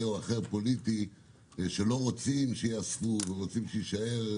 פוליטי מסוים שלא רוצים שיאספו ורוצים שיישאר,